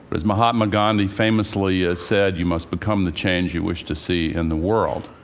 as mahatma gandhi famously ah said, you must become the change you wish to see in the world.